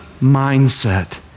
mindset